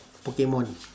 pokemon